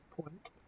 Point